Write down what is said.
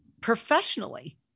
professionally